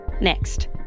Next